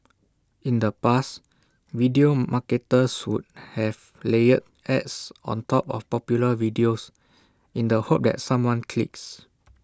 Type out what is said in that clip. in the past video marketers would have layered ads on top of popular videos in the hope that someone clicks